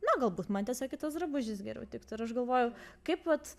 na galbūt man tiesiog kitas drabužis geriau tiktų ir aš galvojau kaip vat